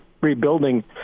rebuilding